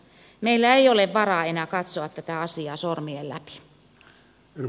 meillä ei ole varaa enää katsoa tätä asiaa sor mien läpi